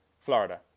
Florida